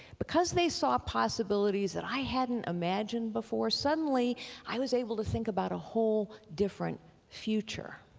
because they saw possibilities that i hadn't imagined before, suddenly i was able to think about a whole different future.